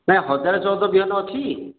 ନାଇଁ ହଜାରେ ଚଉଦ ବିହନ ଅଛି